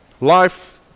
Life